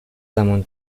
زمان